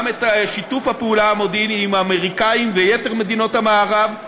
גם את שיתוף הפעולה המודיעיני עם האמריקנים ויתר מדינות המערב,